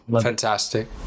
Fantastic